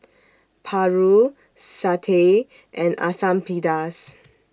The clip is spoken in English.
Paru Satay and Asam Pedas